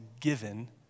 given